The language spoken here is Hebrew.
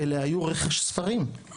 אלה היו רכש ספרים,